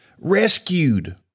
Rescued